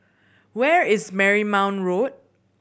where is Marymount Road